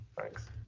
Thanks